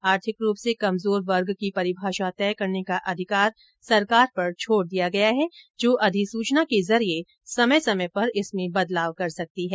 आर्थिक रूप से कमजोर वर्ग की परिभाषा तय करने का अधिकार सरकार पर छोड़ दिया गया है जो अधिसूचना के जरिये समय समय पर इसमें बदलाव कर सकती है